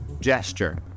gesture